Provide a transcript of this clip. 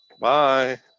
Bye